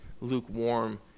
lukewarm